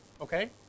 okay